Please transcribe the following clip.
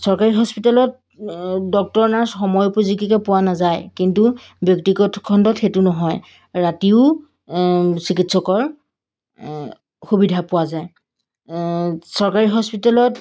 চৰকাৰী হস্পিটেলত doctor nurse সময় উপযোগিকৈ পোৱা নাযায় কিন্তু ব্যক্তিগত খণ্ডত সেইটো নহয় ৰাতিও চিকিৎসকৰ সুবিধা পোৱা যায় চৰকাৰী হস্পিটেলত